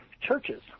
churches